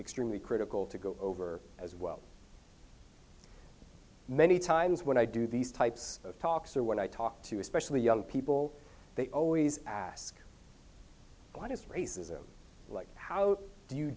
extremely critical to go over as well many times when i do these types of talks or when i talk to especially young people they always ask when is racism like how